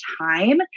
time